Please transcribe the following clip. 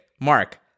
Mark